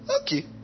Okay